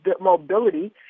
mobility